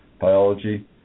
biology